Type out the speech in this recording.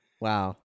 Wow